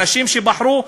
אנשים שבחרו,